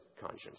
conscience